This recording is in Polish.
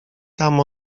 tam